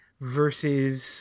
versus